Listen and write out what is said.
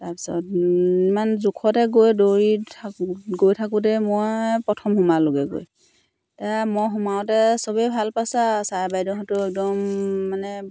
তাৰপিছত ইমান জোখতে গৈ দৌৰি থাকোঁ গৈ থাকোঁতে মই প্ৰথম সোমালোগে গৈ তা মই সোমাওঁতে সবেই ভাল পাইছে আৰু ছাৰ বাইদেউহঁতেও একদম মানে